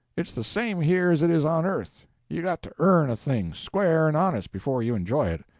it's the same here as it is on earth you've got to earn a thing, square and honest, before you enjoy it.